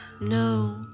No